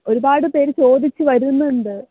ഒരുപാട് പേർ ചോദിച്ച് വരുന്നുണ്ട്